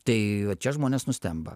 tai čia žmonės nustemba